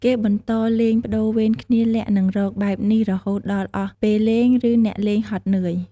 គេបន្តលេងប្ដូរវេនគ្នា លាក់ និងរក បែបនេះរហូតដល់អស់ពេលលេង ឬអ្នកលេងហត់នឿយ។